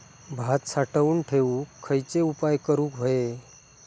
भात साठवून ठेवूक खयचे उपाय करूक व्हये?